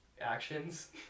Actions